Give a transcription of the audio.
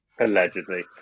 Allegedly